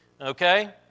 Okay